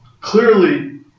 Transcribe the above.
clearly